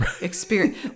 experience